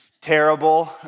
terrible